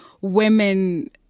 women